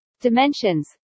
Dimensions